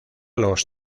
los